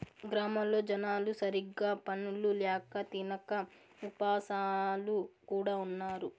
గ్రామాల్లో జనాలు సరిగ్గా పనులు ల్యాక తినక ఉపాసాలు కూడా ఉన్నారు